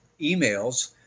emails